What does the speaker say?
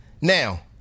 Now